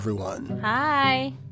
Hi